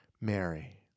Mary